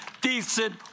decent